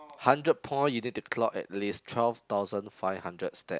hundred point you need to clock at least twelve thousand five hundred step